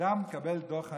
כשאדם מקבל דוח חניה,